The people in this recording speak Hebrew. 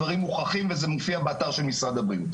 הדברים מוכחים וזה מופיע באתר של משרד הבריאות,